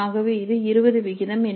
ஆகவே இது 2080